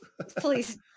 Please